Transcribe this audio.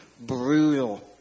brutal